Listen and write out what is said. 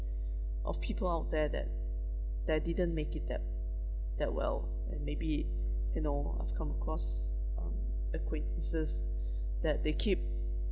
of people out there that that didn't make it that that well and maybe you know I've come across um acquaintances that they keep